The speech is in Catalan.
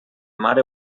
mare